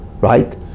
Right